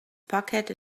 pocket